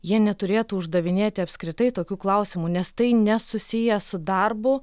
jie neturėtų uždavinėti apskritai tokių klausimų nes tai nesusiję su darbu